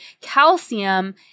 calcium